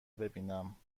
ببینم